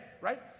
right